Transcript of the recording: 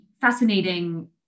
fascinating